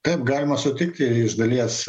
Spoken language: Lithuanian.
taip galima sutikti iš dalies